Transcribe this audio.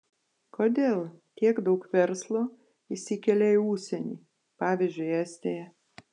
kodėl tiek daug verslo išsikelia į užsienį pavyzdžiui estiją